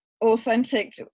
authentic